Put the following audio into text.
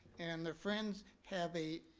and the friends have a,